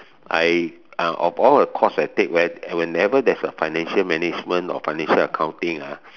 I uh of all the course I take when whenever there is a financial management or financial accounting ah